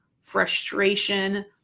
frustration